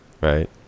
Right